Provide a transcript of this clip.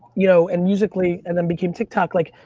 you know and musically, and then became tiktok, like,